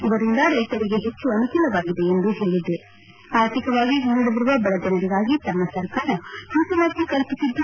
ಇದರಿಂದ ರ್ಲೆತರಿಗೆ ಹೆಚ್ಚು ಅನುಕೂಲವಾಗಿದೆ ಎಂದು ಹೇಳಿದ ಅವರು ಅರ್ಥಿಕವಾಗಿ ಹಿಂದುಳಿದಿರುವ ಬಡಜನರಿಗಾಗಿ ತಮ್ನ ಸರ್ಕಾರ ಮೀಸಲಾತಿ ಕಲ್ಪಿಸಿದ್ದು